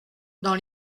dans